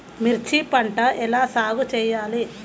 మిర్చి పంట ఎలా సాగు చేయాలి?